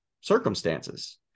circumstances